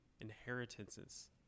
inheritances